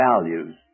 values